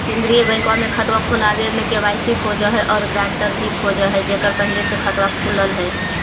केंद्रीय बैंकवा मे खतवा खोलावे मे के.वाई.सी खोज है और ग्रांटर भी खोज है जेकर पहले से खाता खुलल है?